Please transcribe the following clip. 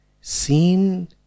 seen